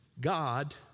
God